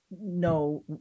no